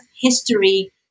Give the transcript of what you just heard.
history